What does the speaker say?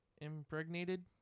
impregnated